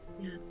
yes